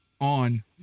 on